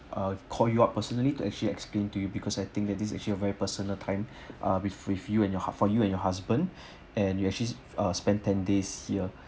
uh call you up personally to actually explained to you because I think that this actually a very personal time ah with with you and your ha~ for you and your husband and you actually ah spend ten days here